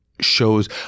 shows